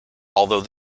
although